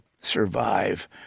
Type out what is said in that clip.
survive